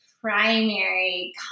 primary